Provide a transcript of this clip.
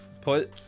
put